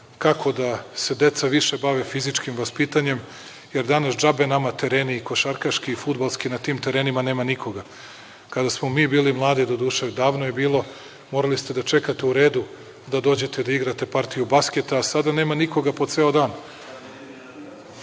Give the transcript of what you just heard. kako da se deca više bave fizičkim vaspitanjem, jer danas džabe nama tereni i košarkaški i fudbalski, na tim terenima nema nikoga. Kada smo mi bili mladi, doduše, davno je bilo, morali ste čekati u radu da dođete da igrate partiju basketa, a sada nema nikoga po ceo